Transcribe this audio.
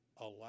allow